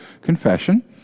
confession